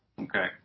Okay